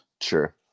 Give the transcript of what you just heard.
Sure